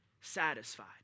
satisfied